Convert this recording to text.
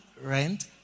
rent